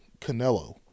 Canelo